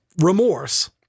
remorse